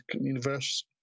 universe